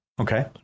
Okay